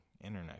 internet